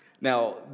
Now